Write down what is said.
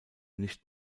nicht